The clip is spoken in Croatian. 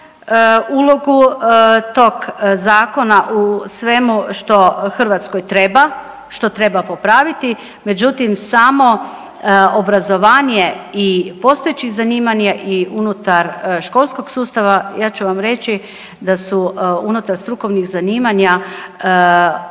ulogu tog zakona u svemu što Hrvatskoj treba, što treba popraviti, međutim samo obrazovanje i postojećih zanimanja i unutar školskog sustava ja ću vam reći da su unutar strukovnih zanimanja